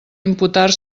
imputar